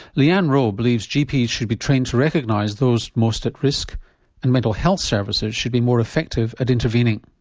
leanne rowe believes gps should be trained to recognise those most at risk and mental health services should be more effective at intervening.